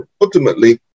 ultimately